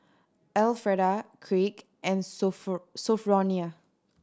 Elfreda Kraig and Sophronia